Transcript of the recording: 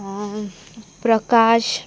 Prakash